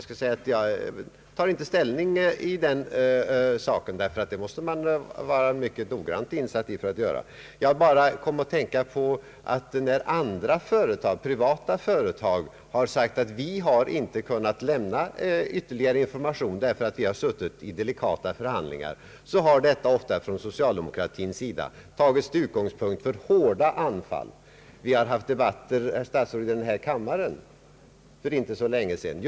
Jag tar inte ställning i den frågan, ty man måste vara mycket insatt i förhållandena för att göra det. Jag bara kom att tänka på att när andra företag — privata företag — har sagt att de inte har kunnat lämna yvtterligare information, därför att man har suttit i delikata förhandlingar, har sådana uttalanden tagits till utgångspunkt för hårda anfall från socialdemokratisk sida. Vi har haft debatter, herr statsråd, i denna kammare just på den punkten för inte så länge sedan.